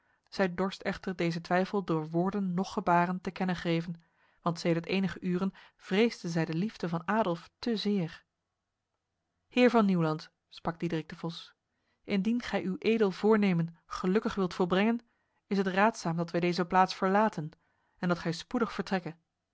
zij dorst echter deze twijfel door woorden noch gebaren te kennen geven want sedert enige uren vreesde zij de liefde van adolf te zeer heer van nieuwland sprak diederik de vos indien gij uw edel voornemen gelukkig wilt volbrengen is het raadzaam dat wij deze plaats verlaten en dat gij spoedig vertrekke